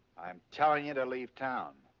i'm telling you to leave town.